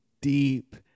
deep